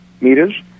meters